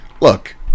look